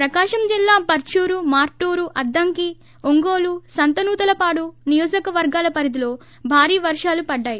ప్రకాశం జిల్లా పర్సూరు మార్లూరు అద్దంకి దర్పి ఒంగోలు సంతనూతలపాడు నియోజకవర్గాల పరిధిలో భారీ వర్పాలు పడీంది